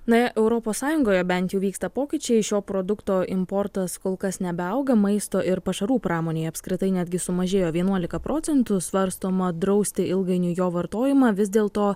na europos sąjungoje bent jau vyksta pokyčiai šio produkto importas kol kas nebeauga maisto ir pašarų pramonėje apskritai netgi sumažėjo vienuolika procentų svarstoma drausti ilgainiui jo vartojimą vis dėlto